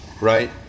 Right